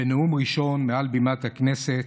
בנאום ראשון מעל בימת הכנסת,